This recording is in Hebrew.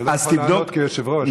אני לא יכול לענות כיושב-ראש.